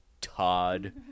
Todd